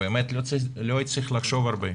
ובאמת לא הייתי צריך לחשוב הרבה,